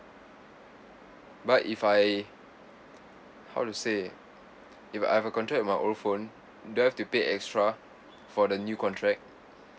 but if I how to say if I have a contract with my old phone do I have to pay extra for the new contract